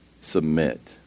Submit